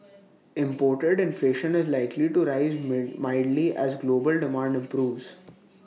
imported inflation is likely to rise mildly as global demand improves